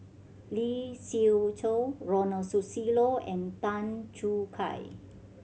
Lee Siew Choh Ronald Susilo and Tan Choo Kai